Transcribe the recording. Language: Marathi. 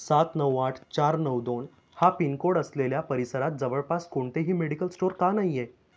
सात नऊ आठ चार नऊ दोन हा पिनकोड असलेल्या परिसरात जवळपास कोणतेही मेडिकल स्टोअर का नाही आहे